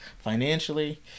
financially